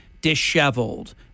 disheveled